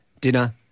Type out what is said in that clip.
dinner